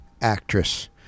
actress